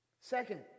Second